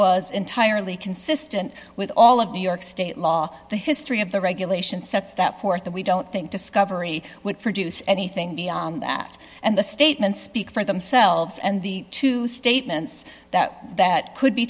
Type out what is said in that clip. was entirely consistent with all of new york state law the history of the regular sets that forth that we don't think discovery would produce anything beyond that and the statements speak for themselves and the two statements that that could be